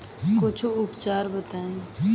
कुछ उपचार बताई?